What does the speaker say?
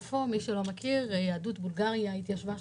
ביפו, מי שלא מכיר, יהדות בולגריה התיישבה חזק.